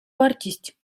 вартість